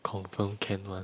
confirm can one